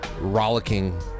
rollicking